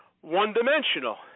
one-dimensional